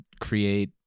create